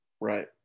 Right